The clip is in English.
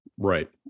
Right